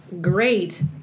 great